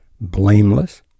blameless